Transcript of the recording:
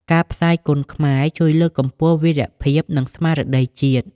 ការផ្សាយគុនខ្មែរជួយ លើកកម្ពស់ វីរភាព និងស្មារតីជាតិ។